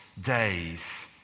days